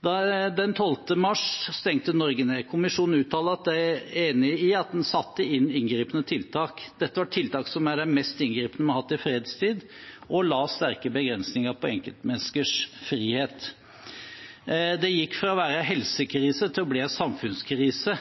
Den 12. mars stengte Norge ned. Kommisjonen uttaler at de er enig i at man skulle sette inn inngripende tiltak. Dette var tiltak som er de mest inngripende vi har hatt i fredstid, og la sterke begrensninger på enkeltmenneskers frihet. Det gikk fra å være en helsekrise til å bli en samfunnskrise,